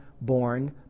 born